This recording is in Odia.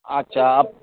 ଆଚ୍ଛା